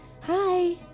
hi